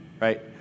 right